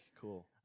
Cool